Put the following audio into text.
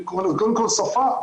קודם כל שפה.